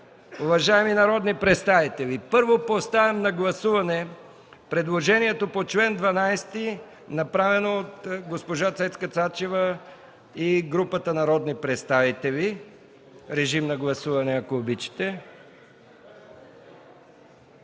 Уважаеми народни представители, първо поставям на гласуване предложението по чл. 12, направено от госпожа Цецка Цачева и групата народни представители. Режим на гласуване. Гласували